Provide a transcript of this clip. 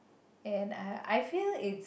and I I feel it's